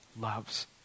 loves